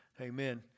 Amen